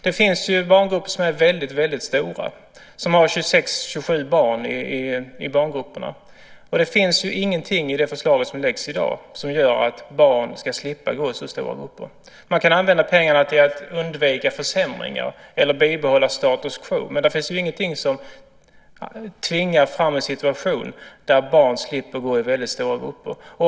Det finns ju barngrupper som är väldigt stora. De har 26-27 barn. Det finns ingenting i det förslag som läggs fram i dag som gör att barn ska slippa gå i så stora grupper. Man kan använda pengarna till att undvika försämringar eller till att bibehålla status quo. Men det finns ingenting som tvingar fram en situation där barn slipper gå i så stora grupper.